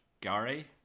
Gary